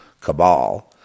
cabal